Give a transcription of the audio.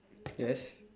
yes